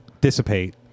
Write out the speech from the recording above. dissipate